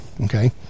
okay